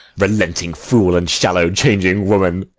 relenting fool, and shallow, changing woman!